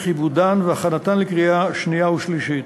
עיבודן והכנתן לקריאה שנייה ושלישית.